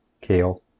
Kale